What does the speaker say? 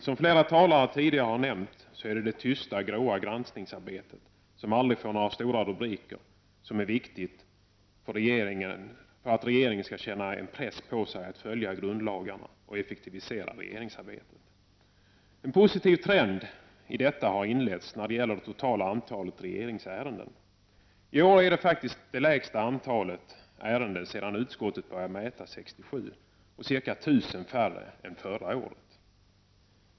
Som flera talare tidigare har nämnt är det det tysta, gråa granskningsarbetet, som aldrig får några stora rubriker, som är viktigt för att regeringen skall känna en press på sig att följa grundlagarna och att effektivisera regeringsarbetet. En positiv trend i detta har inletts när det gäller det totala antalet regeringsärenden. I år är det faktiskt det lägsta antalet sedan utskottet började mäta 1967 och ca 1 000 färre än förra året.